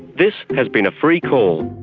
this has been a free call.